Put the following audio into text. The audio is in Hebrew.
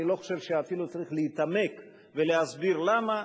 אני לא חושב שאפילו צריך להתעמק ולהסביר למה.